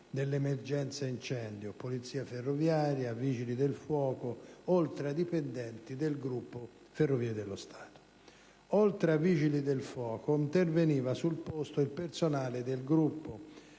dell'emergenza incendio (Polizia ferroviaria, Vigili del fuoco), oltre ai dipendenti del gruppo Ferrovie dello Stato. Oltre ai Vigili del fuoco, interveniva sul posto il personale del Gruppo